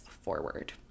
forward